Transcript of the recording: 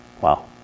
Wow